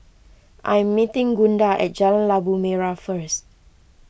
I am meeting Gunda at Jalan Labu Merah first